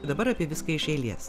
dabar apie viską iš eilės